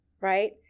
right